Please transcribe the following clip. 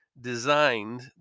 designed